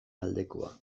aldekoa